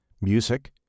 music